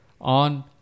on